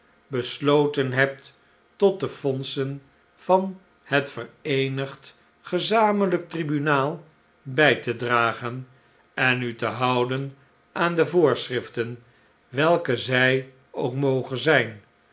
besloten hebt tot de fondsen van het vereenigd gezamenlijk tribunaal bij te dragen en u te houden aan de voorschriften welke zij ook mogen zijn